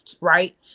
right